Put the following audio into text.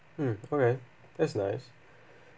mm okay that's nice